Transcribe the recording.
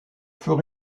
fur